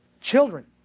Children